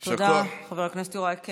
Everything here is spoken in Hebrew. תודה, חבר הכנסת יוראי.